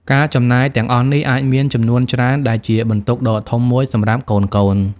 ការចំណាយទាំងអស់នេះ អាចមានចំនួនច្រើនដែលជាបន្ទុកដ៏ធំមួយសម្រាប់កូនៗ។